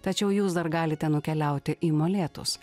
tačiau jūs dar galite nukeliauti į molėtus